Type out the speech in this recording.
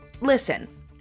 Listen